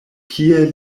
kie